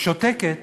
שותקת